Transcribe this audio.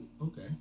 Okay